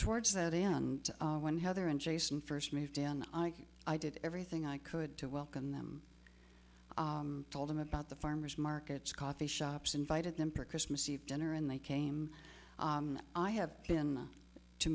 towards that end when heather and jason first moved in i did everything i could to welcome them i told them about the farmers markets coffee shops invited them per christmas eve dinner and they came i have been to